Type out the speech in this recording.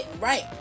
Right